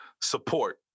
Support